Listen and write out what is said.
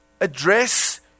Address